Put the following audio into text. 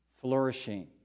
flourishing